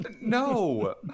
No